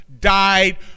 died